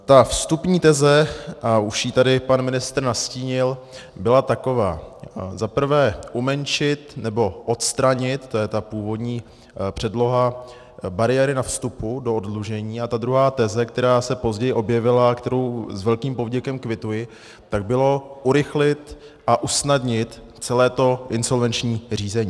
Ta vstupní teze, a už ji tady pan ministr nastínil, byla taková za prvé umenšit nebo odstranit, to je původní předloha, bariéry na vstupu do oddlužení, a ta druhá teze, která se později objevila, kterou s velkým povděkem kvituji, bylo urychlit a usnadnit celé insolvenční řízení.